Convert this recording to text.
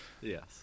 Yes